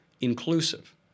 inclusive